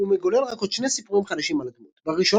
הוא מגולל רק עוד שני סיפורים חדשים על הדמות; בראשון,